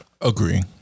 Agree